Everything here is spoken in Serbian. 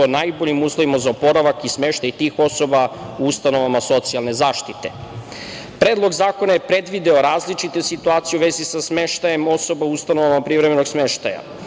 o najboljim uslovima za oporavak i smeštaj tih osoba u ustanovama socijalne zaštite. Predlog zakona je predvideo različite situacije u vezi sa smeštajem osoba u ustanovama privremenog smeštaja